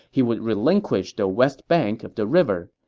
he would relinquish the west bank of the river.